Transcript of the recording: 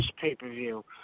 pay-per-view